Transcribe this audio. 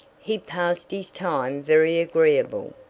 he passed his time very agreeably,